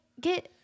get